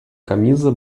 camisa